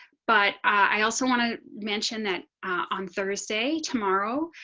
but i also want to mention that on thursday tomorrow,